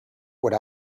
would